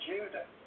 Judah